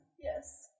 Yes